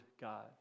God